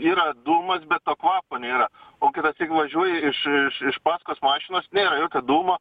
yra dūmas bet to kvapo nėra o tik važiuoji iš iš iš pasakos mašinos nėra jokio dūmo